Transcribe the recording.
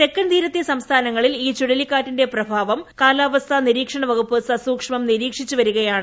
തെക്കൻ തീരത്തെ സംസ്ഥാനങ്ങളിൽ ഈ ചുഴലിക്കാറ്റിന്റെ പ്രഭാവം കാലാവസ്ഥാ നിരീക്ഷണവകുപ്പ് സസൂക്ഷ്മം നിരീക്ഷിച്ച് വരീകൃയാണ്